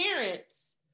parents